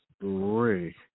three